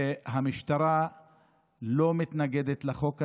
שהמשטרה לא מתנגדת לחוק הזה,